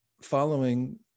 following